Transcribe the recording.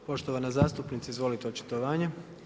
Poštovana zastupnice izvolite, očitovanje.